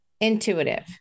intuitive